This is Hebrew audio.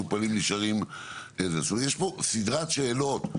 יש כאן סדרת שאלות.